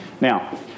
Now